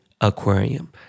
Aquarium